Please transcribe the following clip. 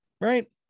Right